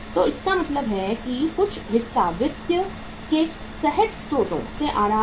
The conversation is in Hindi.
तो इसका मतलब है कि कुछ हिस्सा वित्त के सहज स्रोतों से आ रहा है